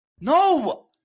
No